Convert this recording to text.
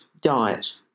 diet